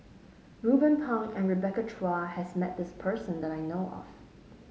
Ruben Pang and Rebecca Chua has met this person that I know of